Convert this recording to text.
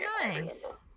nice